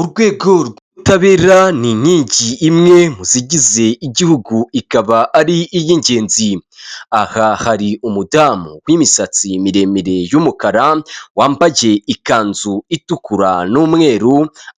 Urwego rw'ubutabera ni inkingi imwe mu zigize igihugu ikaba ari iy'ingenzi, aha hari umudamu w'imisatsi miremire y'umukara wambaye ikanzu itukura n'umweru